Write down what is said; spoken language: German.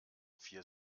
vier